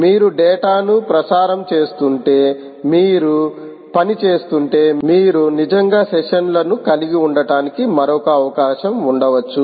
మీరు డేటా ను ప్రసారం చేస్తుంటే మీరు పనిచేస్తుంటే మీరు నిజంగా సెషన్లను కలిగి ఉండటానికి మరొక అవకాశం ఉండవచ్చు